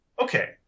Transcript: Okay